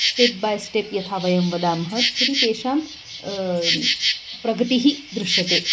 step by step यथा वयं वदामः तर्हि तेषां प्रगतिः दृश्यते